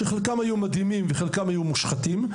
שחלקם היו מדהימים וחלקם היו מושחתים,